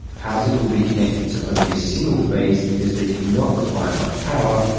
houses will be connected to only a single phase because they do not require much power,